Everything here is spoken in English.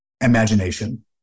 imagination